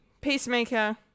Peacemaker